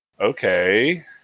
Okay